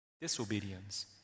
disobedience